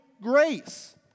grace